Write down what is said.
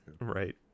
right